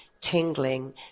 tingling